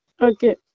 Okay